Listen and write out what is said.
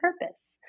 purpose